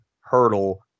hurdle